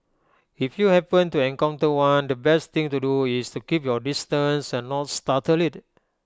if you happen to encounter one the best thing to do is to keep your distance and not startle IT